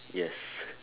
yes